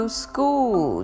school